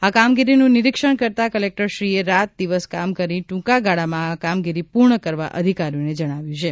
આ કામગીરીનું નિરિક્ષણ કરતાં કલેક્ટરશ્રીએ રાત દિવસ કામ કરી ટૂંકા ગાળામાં આ કામગીરી પૂર્ણ કરવા અધિકારીઓને જણાવ્યું હતુ